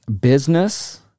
business